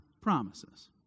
promises